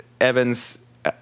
Evans